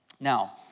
Now